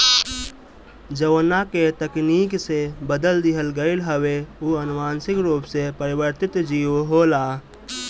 जवना के तकनीकी से बदल दिहल गईल हवे उ अनुवांशिक रूप से परिवर्तित जीव होला